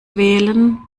wählen